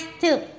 two